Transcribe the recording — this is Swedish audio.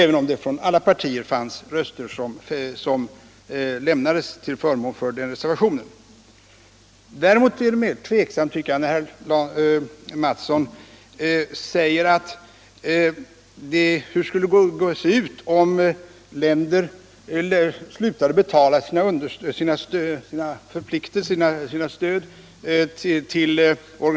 Reservationen fick dock röster från alla partier. Däremot är det mer tveksamt när herr Mattsson i Lane-Herrestad frågar hur det skulle se ut om länder upphörde med sitt stöd till olika organisationer när de inte fick sin vilja igenom.